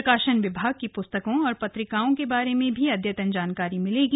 प्रकाशन विभाग की पुस्तकों और पत्रिकाओं के बारे में भी अद्यतन जानकारी मिलेगी